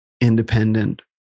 independent